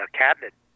cabinet